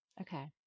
Okay